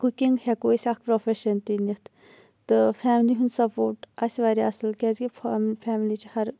cooking ہیٚکو أسۍ اکھ پروفیشَن تہِ نِتھ تہٕ فیملی ہُنٛد سَپوٹ اَسہِ واریاہ اَصل کیازِ فیملی چھِ ہَر